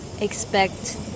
expect